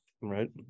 Right